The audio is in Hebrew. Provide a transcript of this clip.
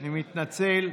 אני מתנצל,